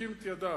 ומחזיקים את ידיו.